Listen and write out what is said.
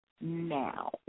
now